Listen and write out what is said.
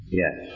yes